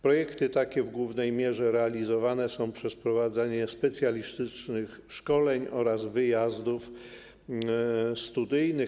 Projekty takie w głównej mierze realizowane są przez prowadzenie specjalistycznych szkoleń oraz wyjazdów studyjnych.